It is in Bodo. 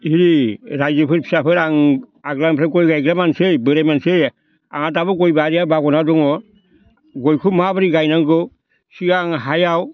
ओरै राइजोफोर फिसाफोर आं आग्लानिफ्राय गय गायग्रा मानसि बोराइ मानसि आंहा दाबो गय बारिया मावना दङ गयखौ माबोरै गायनांगौ सिगां हायाव